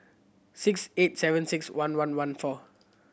six eight seven six one one one four